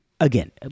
again